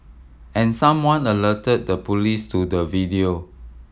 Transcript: and someone alerted the police to the video